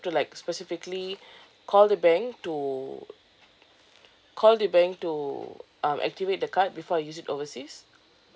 to like specifically call the bank to call the bank to um activate the card before I use it overseas